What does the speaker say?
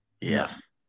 Yes